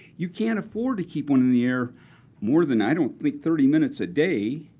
you can't afford to keep one in the air more than, i don't think, thirty minutes a day.